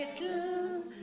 little